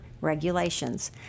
regulations